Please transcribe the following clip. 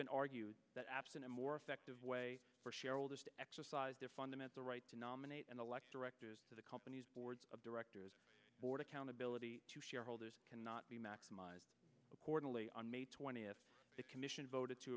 been argued that absent a more effective way for shareholders to exercise their fundamental right to nominate and elect directors to the company's board of directors board accountability to shareholders cannot be maximized accordingly on may twentieth the commission voted to